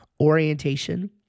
orientation